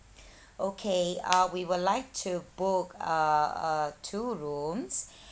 okay uh we will like to book uh uh two rooms